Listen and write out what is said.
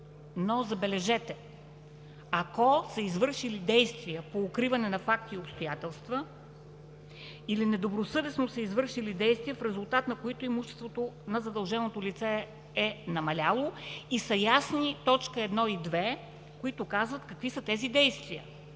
Но, забележете: „ако са извършили действия по укриване на факти и обстоятелства или недобросъвестно са извършили действия, в резултат на които имуществото на задълженото лице е намаляло и са ясни точка 1 и 2, които казват какви са тези действия,